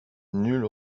nul